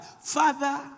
Father